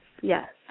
yes